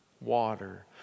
water